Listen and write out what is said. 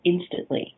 instantly